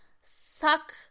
suck